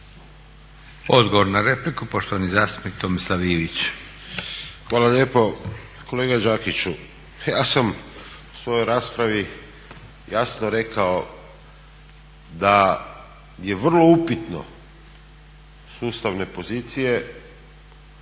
Odgovor na repliku poštovani zastupnik Tomislav Ivić. **Ivić, Tomislav (HDZ)** Hvala lijepo. Kolega Đakiću, ja sam u svojoj raspravi jasno rekao da je vrlo upitno s ustavne pozicije